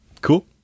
Cool